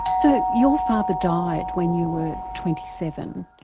so your father died when you were twenty seven.